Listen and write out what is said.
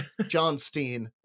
johnstein